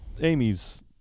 Amy's